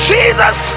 Jesus